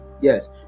Yes